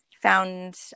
found